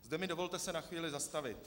Zde mi dovolte se na chvíli zastavit.